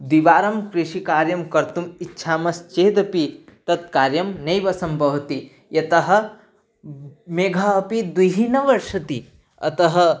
द्विवारं कृषिकार्यं कर्तुम् इच्छामश्चेदपि तत्कार्यं नैव सम्भवति यतः मेघः अपि द्विः न वर्षति अतः